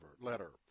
letter